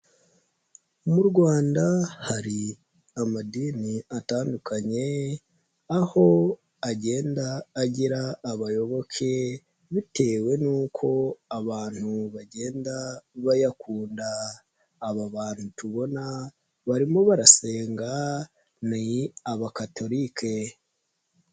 Mu Rwanda hari amadini atandukanye aho agenda agira abayoboke bitewe nuko abantu bagenda bayakunda, aba bantu tubona barimo barasenga ni Abakatolike.